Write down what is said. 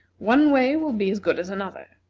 one way will be as good as another,